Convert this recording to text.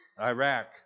Iraq